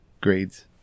grades